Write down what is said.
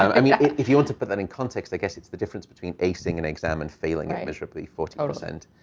um i mean, if you want to put that in context, i guess it's the difference between acing an exam and failing at miserably forty. sort of and